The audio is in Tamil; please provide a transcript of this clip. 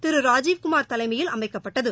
திரு ராஜீவ் குமார் தலைமையில் அமைக்கப்பட்டது